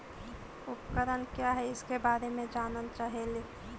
उपकरण क्या है इसके बारे मे जानल चाहेली?